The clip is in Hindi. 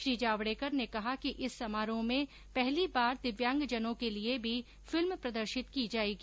श्री जावडेकर ने कहा कि इस समारोह में पहली बार दिव्यांगजनों के लिए भी फिल्म प्रदर्शित की जायेगी